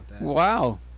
Wow